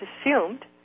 assumed